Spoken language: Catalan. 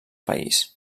país